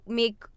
make